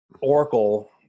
Oracle